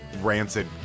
rancid